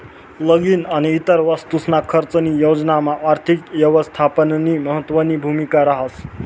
लगीन आणि इतर वस्तूसना खर्चनी योजनामा आर्थिक यवस्थापननी महत्वनी भूमिका रहास